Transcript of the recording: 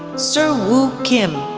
sir woo kim,